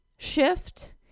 shift